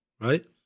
right